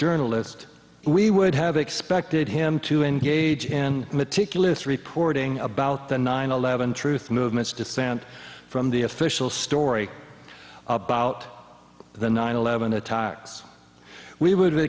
journalist we would have expected him to engage in meticulous reporting about the nine eleven truth movement to dissent from the official story about the nine eleven attacks we would